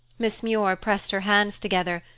miss muir pressed her hands together,